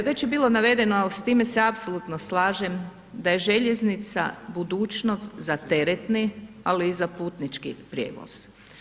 Već je bilo navedeno, a s time se apsolutno slažem da je željeznica budućnost za teretni, ali i za putnički prijevoz.